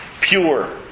pure